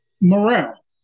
Morale